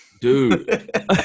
Dude